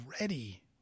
ready